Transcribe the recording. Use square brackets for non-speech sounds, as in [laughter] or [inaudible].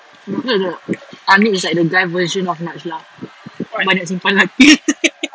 no no aniq is like the guy version of najlah banyak simpan lelaki [laughs]